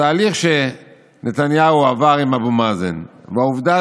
התהליך שנתניהו עבר עם אבו מאזן והעובדה